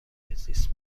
محیطزیست